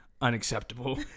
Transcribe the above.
unacceptable